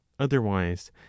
otherwise